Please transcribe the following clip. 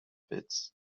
pits